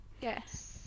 Yes